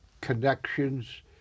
connections